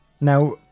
Now